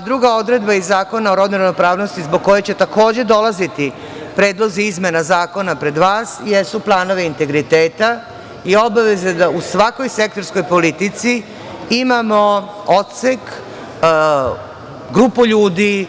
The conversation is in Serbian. Druga odredba iz Zakona o rodnoj ravnopravnosti zbog koje će, takođe, dolaziti predlozi izmena zakona pred vas jesu planovi integriteta i obaveze da u svakom sektorskoj politici imamo odsek, grupu ljudi,